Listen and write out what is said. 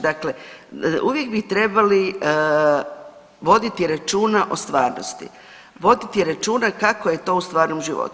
Dakle, uvijek bi trebali voditi računa o stvarnosti, voditi računa kako je to u stvarnom životu.